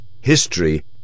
history